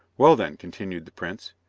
well then, continued the prince,